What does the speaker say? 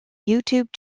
youtube